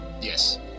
Yes